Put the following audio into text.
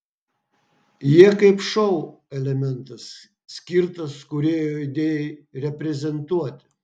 jie kaip šou elementas skirtas kūrėjo idėjai reprezentuoti